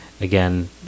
again